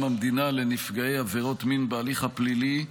המדינה לנפגעי עבירות מין בהליך הפלילי,